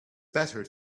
better